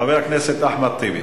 חבר הכנסת אחמד טיבי,